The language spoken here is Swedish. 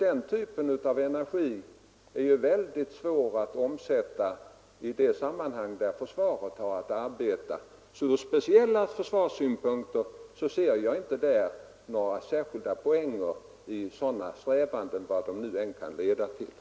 Den typen av energi är mycket svår att i praktisk användning omsätta i de sammanhang där försvaret har att arbeta. Ur speciella försvarssynpunkter ser jag därför inte några särskilda poänger i sådana strävanden, vad de nu än i övrigt kan leda till.